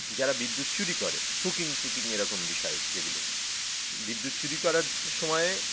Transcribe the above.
যারা বিদ্যুৎ চুরি করে হুকিং টুকিং এরকম বিষয় যেগুলো বিদ্যুৎ চুরি করার সময়ে